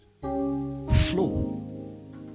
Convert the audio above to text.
flow